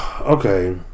Okay